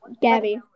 Gabby